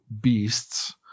beasts